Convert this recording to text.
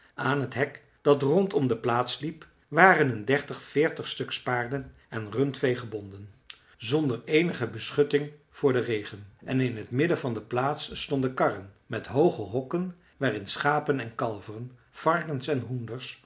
aan het hek dat rond om de plaats liep waren een dertig veertig stuks paarden en rundvee gebonden zonder eenige beschutting voor den regen en in t midden van de plaats stonden karren met hooge hokken waarin schapen en kalveren varkens en hoenders